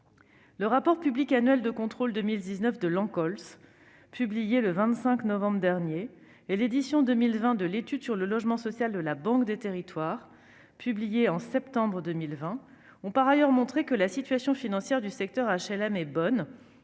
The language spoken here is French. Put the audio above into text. de contrôle du logement social (Ancols), publié le 25 novembre dernier, et l'édition 2020 de l'étude sur le logement social de la Banque des territoires, publiée en septembre 2020, ont par ailleurs montré que la situation financière des organismes HLM est bonne,